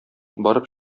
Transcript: барып